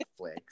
Netflix